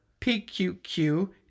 PQQ